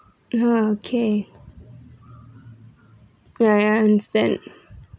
oh okay ya ya I understand